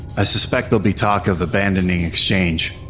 i suspect they'll be talked of abandoning exchange.